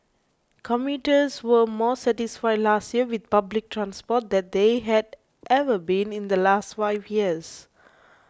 commuters were more satisfied last year with public transport than they had ever been in the last five years